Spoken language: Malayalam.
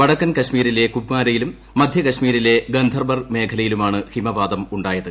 വടക്കൻ കശ്മീരിലെ കുപ്വാരയിലും മധ്യ കൾമീരിലെ ഗാന്ധർബൽ മേഖലയിലുമാണ് ഹിമപാതമുണ്ടായത്